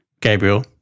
Gabriel